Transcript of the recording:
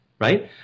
Right